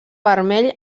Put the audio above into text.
vermell